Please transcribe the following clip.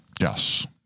Yes